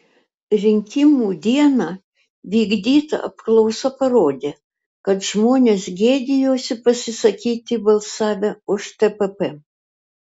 rinkimų dieną vykdyta apklausa parodė kad žmonės gėdijosi pasisakyti balsavę už tpp